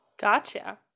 Gotcha